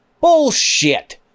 Bullshit